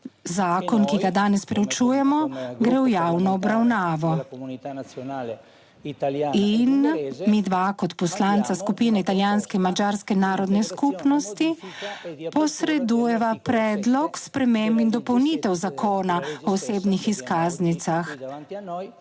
zakon, ki ga danes preučujemo, gre v javno obravnavo. In midva kot poslanca skupine italijanske in madžarske narodne skupnosti posredujeva Predlog sprememb in dopolnitev Zakona o osebnih izkaznicah,